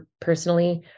personally